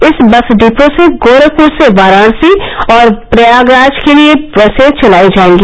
इस bus depot से गोरखपुर से वाराणसी और प्रयागराज के लिये बसे चलायी जायेंगी